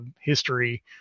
history